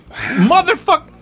motherfucker